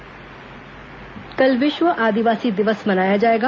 विश्व आदिवासी दिवस कल विश्व आदिवासी दिवस मनाया जाएगा